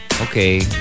okay